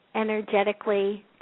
energetically